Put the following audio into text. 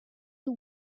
you